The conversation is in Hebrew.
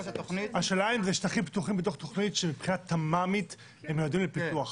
השאלה אם שטחים פתוחים בתוך התוכנית שנקראת תמ"מ הם מיועדים לפיתוח,